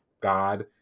God